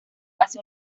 hace